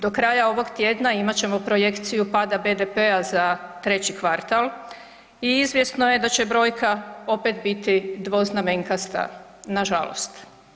Do kraja ovog tjedna imat ćemo projekciju pada BDP-a za treći kvartal i izvjesno je da će brojka opet biti dvoznamenkasta nažalost.